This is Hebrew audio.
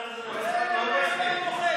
לא הספיק.